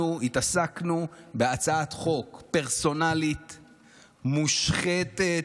אנחנו התעסקנו בהצעת חוק פרסונלית, מושחתת,